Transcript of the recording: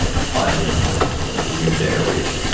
find important in your day, or week?